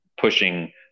pushing